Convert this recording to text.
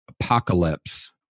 apocalypse